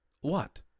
What